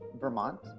Vermont